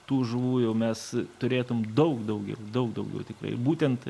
tų žuvų jau mes turėtum daug daugiau daug daugiau tikrai būtent